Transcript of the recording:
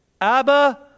Abba